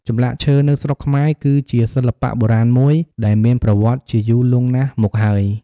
ចម្លាក់ឈើនៅស្រុកខ្មែរ គឺជាសិល្បៈបុរាណមួយ ដែលមានប្រវត្តិជាយូរលង់ណាស់មកហើយ។